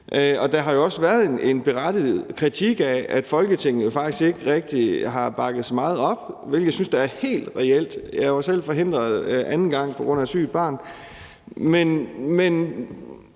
Og der har jo også været en berettiget kritik af, at Folketinget faktisk ikke rigtig har bakket så meget op, hvilket jeg synes er helt reelt. Jeg blev selv forhindret anden gang på grund af sygt barn. Men